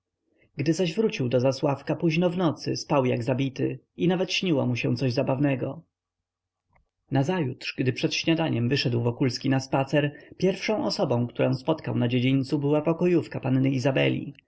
gdy zaś wrócili do zasławka późno w nocy spał jak zabity i nawet śniło mu się coś zabawnego nazajutrz gdy przed śniadaniem wyszedł wokulski na spacer pierwszą osobą którą spotkał na dziedzińcu była pokojówka panny izabeli